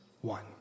one